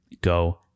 Go